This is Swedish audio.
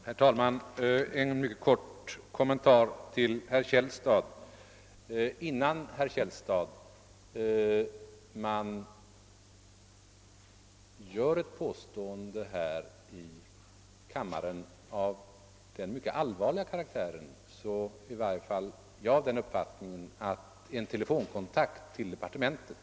Herr talman! En mycket kort kommentar till herr Källstad. Innan man, herr Källstad, gör ett påstående här i kammaren av den mycket allvarliga karaktär som det var fråga om i herr Källstads inlägg bör man åtminstone enligt min uppfattning ta en telefonkontakt med departementet.